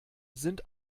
sind